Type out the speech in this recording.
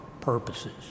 purposes